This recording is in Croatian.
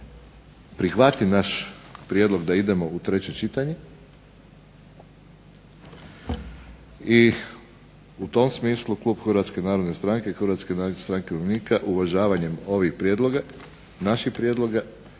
prihvati naš prijedlog da idemo u treće čitanje i u tom smislu klub Hrvatske narodne stranke i Hrvatske stranke umirovljenika uvažavanjem ovih prijedloga, naših prijedloga